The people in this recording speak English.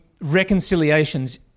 reconciliations